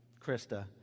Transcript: Krista